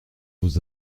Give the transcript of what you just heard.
vos